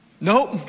Nope